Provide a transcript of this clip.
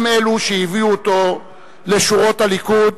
גם אלו שהביאו אותו לשורות הליכוד